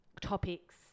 topics